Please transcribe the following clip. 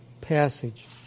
passage